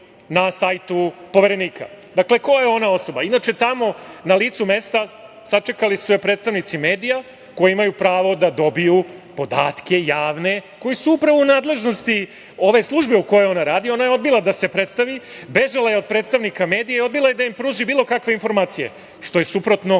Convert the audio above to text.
na sajtu poverenika. Ko je ona osoba? Inače, tamo, na licu mesta, sačekali su je predstavnici medija, koji imaju pravo da dobiju podatke, javne, koji su upravo u nadležnosti ove službe u kojoj ona radi. Ona je odbila da se predstavi, bežala je od predstavnika medija i odbila je da im pruži bilo kakve informacije, što je suprotno